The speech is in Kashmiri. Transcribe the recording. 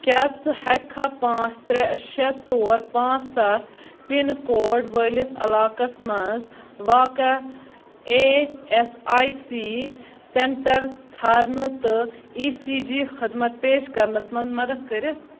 کیٛاہ ژٕ ہیٚکٕکھا پانٛژ ترٛےٚ شےٚ ژور پانٛژ سَتھ پِن کوڈ وٲلِس علاقس مَنٛز واقع اےٚ ایس آٮٔۍ سی سینٹر ژھارنہٕ تہٕ اِی سی جی خٔدمت پیش کَرنس مَنٛز مدد کٔرِتھ